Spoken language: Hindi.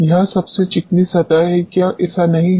यह सबसे चिकनी सतह है क्या ऐसा नहीं है